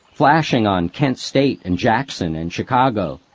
flashing on kent state and jackson, and chicago.